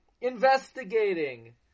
investigating